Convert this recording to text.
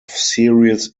serious